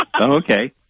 Okay